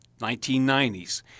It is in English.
1990s